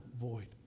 void